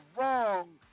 wrong